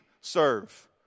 serve